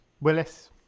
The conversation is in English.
willis